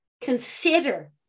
consider